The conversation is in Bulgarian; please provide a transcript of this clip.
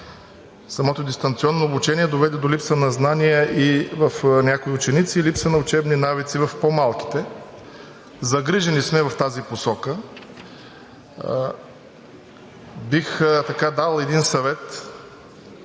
Самото дистанционно обучение доведе до липса на знания в някои ученици и липса на учебни навици в по-малките. Загрижени сме в тази посока. Бих дал един съвет